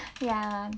ya